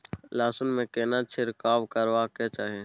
लहसुन में केना छिरकाव करबा के चाही?